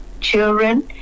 children